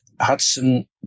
Hudson